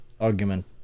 argument